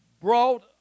brought